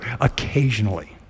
occasionally